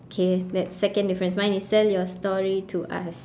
K that's second difference mine is sell your story to us